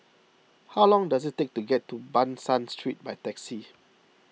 how long does it take to get to Ban San Street by taxi